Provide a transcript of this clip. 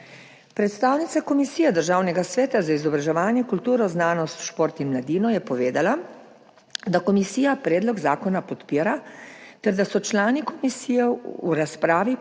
Predstavnica Komisije Državnega sveta za izobraževanje, kulturo, znanost, šport in mladino je povedala, da komisija predlog zakona podpira ter da so člani komisije v razpravi